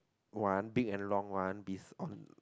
one big and long one bes~ on